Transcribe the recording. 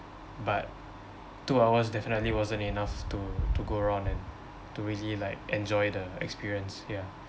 but two hours definitely wasn't enough to to go around and to really like enjoy the experience ya